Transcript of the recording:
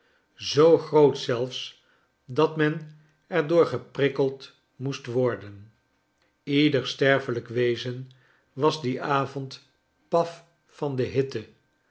zoo groot zelfs dat men er door geprikkeld moest worden ieder sterfelrjk wezen was dien avond paf van de hitte